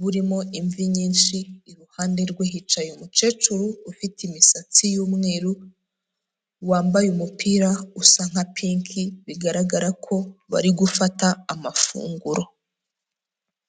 burimo imvi nyinshi, iruhande rwe hicaye umukecuru ufite imisatsi y'umweru, wambaye umupira usa nka pinki, bigaragara ko bari gufata amafunguro.